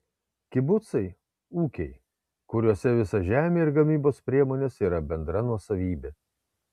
kibucai ūkiai kuriuose visa žemė ir gamybos priemonės yra bendra nuosavybė